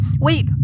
Wait